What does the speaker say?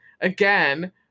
again